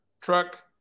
truck